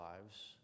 lives